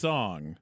Song